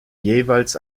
jeweils